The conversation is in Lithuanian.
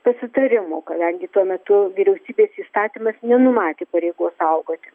pasitarimo kadangi tuo metu vyriausybės įstatymas nenumatė pareigos saugoti